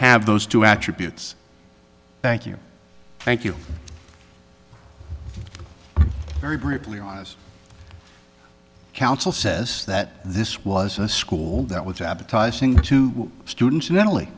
have those two attributes thank you thank you very brutally honest council says that this was a school that was advertising to students